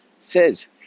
says